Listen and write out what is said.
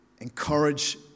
encourage